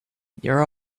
your